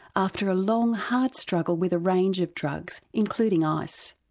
after a long hard struggle with a range of drugs including ice.